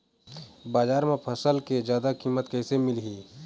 बजार म फसल के जादा कीमत कैसे मिलही?